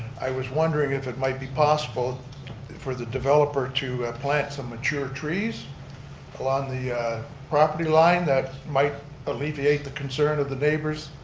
i was wondering if it might be possible for the developer to plant some mature trees along the property line that might alleviate the concern of the neighbors,